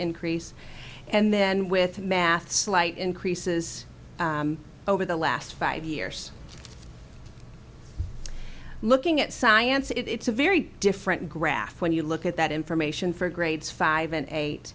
increase and then with math slight increases over the last five years looking at science it's a very different graph when you look at that information for grades five and